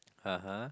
(uh huh)